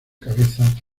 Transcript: cabeza